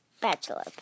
bachelor